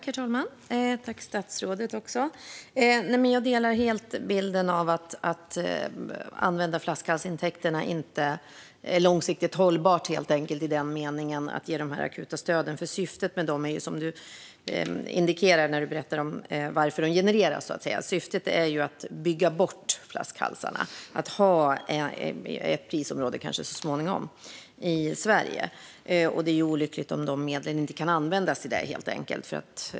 Herr talman! Jag håller helt med om att det inte är långsiktigt hållbart att använda flaskhalsintäkterna i den meningen att ge de akuta stöden. Syftet med dem är, som statsrådet indikerar när hon berättar varför de genereras, att bygga bort flaskhalsarna och att kanske ha ett prisområde i Sverige så småningom. Det är olyckligt om de medlen inte kan användas till det.